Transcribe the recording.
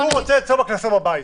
הוא רוצה שיהיה לו את זה בקלסר בבית.